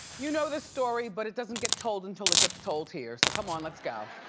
you know the story but it doesn't get told until it gets told here, so come on, let's go.